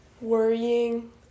worrying